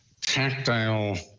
tactile